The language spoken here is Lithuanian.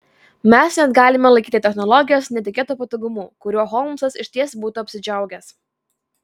mes net galime laikyti technologijas netikėtu patogumu kuriuo holmsas išties būtų apsidžiaugęs